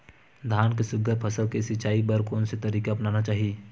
धान के सुघ्घर फसल के सिचाई बर कोन से तरीका अपनाना चाहि?